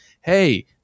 hey